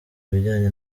ibijyane